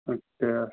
अच्छा